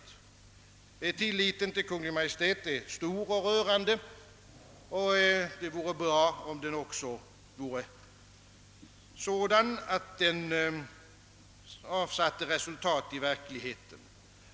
Tilliten till Kungl. Maj:t är stor och rörande, och det vore bra om det också avsatte resultat i verkligheten.